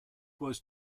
was